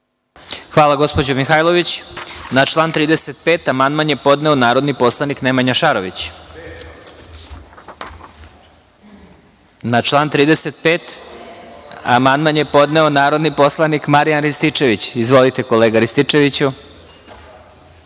Hvala, gospođo Mihajlović. Na član 35. amandman je podneo narodni poslanik Nemanja Šarović. Na član 35. amandman je podneo narodni poslanik Marijan Rističević. Izvolite, kolega Rističeviću.